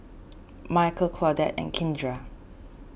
Micheal Claudette and Kindra